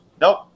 nope